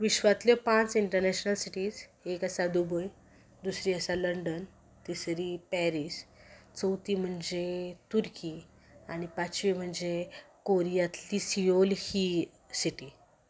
विश्वांतल्यो पांच international cities एक आसा दुबय दुसरी आसा लंडन तिसरी पॅरीस चवथी म्हणजे तुर्की आनी पांचवी म्हणजे कोरियांतली सियोल ही सिटी